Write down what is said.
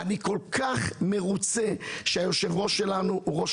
אני כל כך מרוצה שהיושב-ראש שלנו הוא ראש